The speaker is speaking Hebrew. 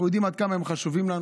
אנחנו יודעים כמה הם חשובים לנו,